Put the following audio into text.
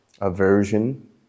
aversion